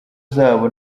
zabo